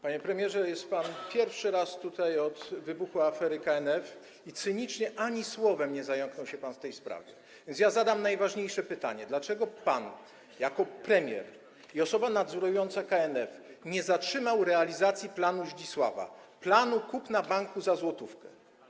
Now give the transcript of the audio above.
Panie premierze, jest pan pierwszy raz tutaj od wybuchu afery KNF i cynicznie ani słowem nie zająknął się pan w tej sprawie, więc zadam najważniejsze pytanie: Dlaczego pan jako premier i osoba nadzorująca KNF nie wstrzymał realizacji planu Zdzisława, planu kupna banku za złotówkę?